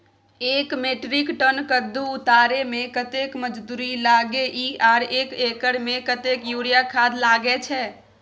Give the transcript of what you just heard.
एक metric tonne कद्दू उतारे में कतेक मजदूरी लागे इ आर एक एकर में कतेक यूरिया खाद लागे छै?